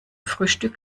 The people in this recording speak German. frühstück